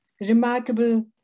remarkable